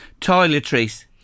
Toiletries